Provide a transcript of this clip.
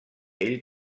ell